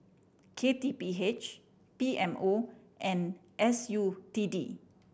K T P H P M O and S U T D